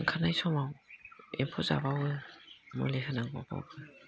ओंखारनाय समाव एम्फौ जाबावो मुलि होनांगौ बेयावबो